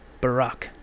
barack